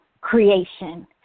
creation